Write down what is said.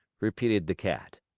repeated the cat.